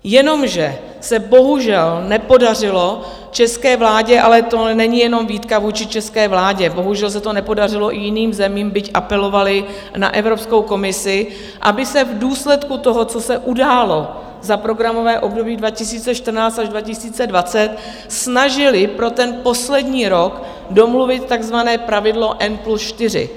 Jenomže se bohužel nepodařilo české vládě, ale to není jenom výtka vůči české vládě, bohužel se to nepodařilo i jiným zemím, byť apelovaly na Evropskou komisi, aby se v důsledku toho, co se událo za programové období 2014 až 2020, snažily pro ten poslední rok domluvit takzvané pravidlo N+4.